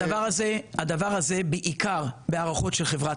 הדבר הזה הוא בעיקר בהערכות של חברת